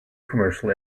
commercial